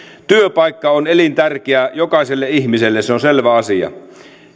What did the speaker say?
työpaikka on elintärkeä jokaiselle ihmiselle se on selvä asia